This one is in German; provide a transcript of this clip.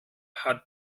hat